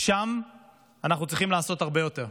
שם אנחנו צריכים לעשות הרבה יותר.